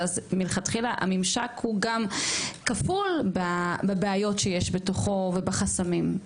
אז מלכתחילה הממשק הוא גם כפול בבעיות שיש בתוכו ובחסמים.